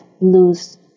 lose